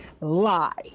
lie